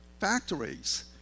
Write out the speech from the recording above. factories